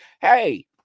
hey